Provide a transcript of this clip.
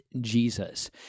Jesus